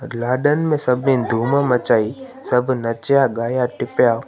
लाॾनि में सभिनीनि धूम मचाई सभु नचिया ॻाया टिपिया